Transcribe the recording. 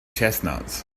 chestnuts